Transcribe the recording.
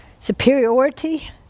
superiority